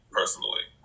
personally